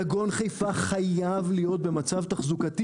דגון חיפה חייב להיות במצב תחזוקתי